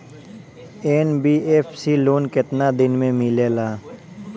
NBFC loan केतना दिन मे मिलेला?